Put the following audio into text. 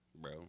Bro